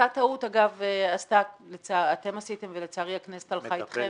אותה טעות אתם עשיתם, ולצערי הכנסת הלכה אתכם,